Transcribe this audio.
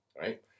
right